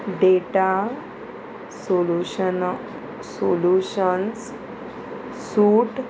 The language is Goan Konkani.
data solution solutions suit